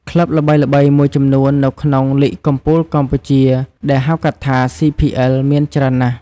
ក្លឹបល្បីៗមួយចំនួននៅក្នុង លីគកំពូលកម្ពុជា ដែលហៅកាត់ថា CPL មានច្រើនណាស់។